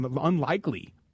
unlikely